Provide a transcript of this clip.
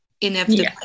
inevitably